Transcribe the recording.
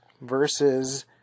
versus